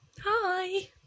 Hi